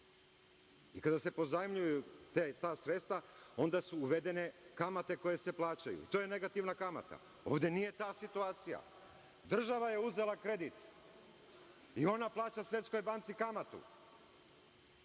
Kada se pozajmljuju ta sredstva, onda su uvedene kamate koje se plaćaju. To je negativna kamata. Ovde nije ta situacija, država je uzela kredit i ona plaća Svetskoj banci kamatu,